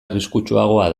arriskutsuagoa